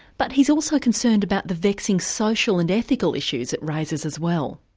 but he's also concerned about the vexing social and ethical issues it raises as well.